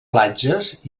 platges